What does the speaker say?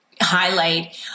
highlight